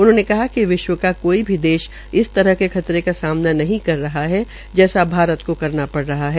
उन्होंने कहा कि विश्व का कोई भी देश इस तरह के खतरे का सामना नहीं कर सकता है जैसा भारत को पड़ रहा है